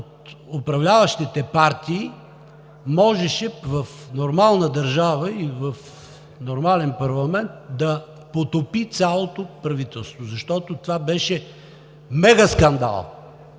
от управляващите партии можеше в нормална държава и в нормален парламент да потопи цялото правителство, защото това беше мегаскандал.